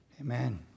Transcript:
Amen